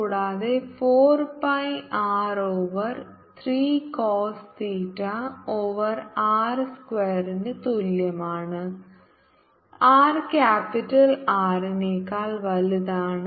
കൂടാതെ 4 pi R over 3 cos theta over r square ന് തുല്യമാണ് r ക്യാപിറ്റൽ R നേക്കാൾ വലുതാണ്